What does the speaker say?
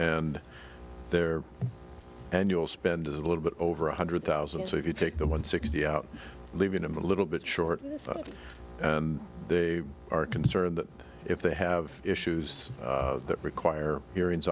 and their annual spend as a little bit over one hundred thousand so you could take that one sixty out leaving them a little bit short and they are concerned that if they have issues that require hearings